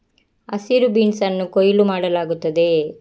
ಹಸಿರು ಬೀನ್ಸ್ ಅನ್ನು ಕೊಯ್ಲು ಮಾಡಲಾಗುತ್ತದೆ